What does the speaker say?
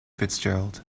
fitzgerald